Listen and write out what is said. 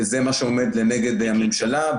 וזה מה שעומד לנגד הממשלה,